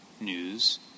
news